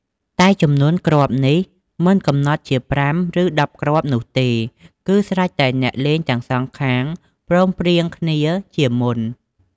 តែចំនួនគ្រាប់នេះមិនកំណត់ជា ៥ ឬ ១០ គ្រាប់នោះទេ គឺស្រេចតែអ្នកលេងទាំងសងខាងព្រមព្រៀងកំណត់គ្នាជាមុន។